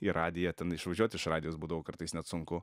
į radiją ten išvažiuot iš radjos būdavo kartais net sunku